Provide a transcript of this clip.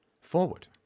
forward